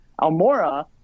almora